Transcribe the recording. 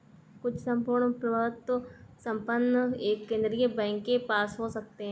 कुछ सम्पूर्ण प्रभुत्व संपन्न एक केंद्रीय बैंक के पास हो सकते हैं